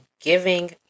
giving